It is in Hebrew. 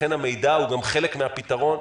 לכן המידע הוא גם חלק מהפתרון.